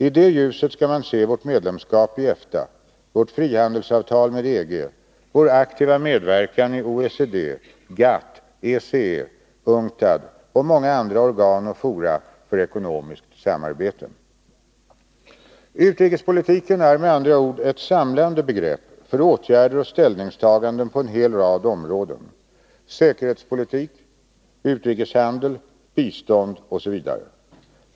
I det ljuset skall man se vårt medlemskap i EFTA, vårt frihandelsavtal med EG, vår aktiva medverkan i OECD, GATT, ECE, UNCTAD och många andra organ och fora för ekonomiskt samarbete. Utrikespolitiken är med andra ord ett samlande begrepp för åtgärder och ställningstaganden på en hel rad områden: säkerhetspolitik, utrikeshandel, bistånd osv.